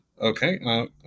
Okay